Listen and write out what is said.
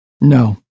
No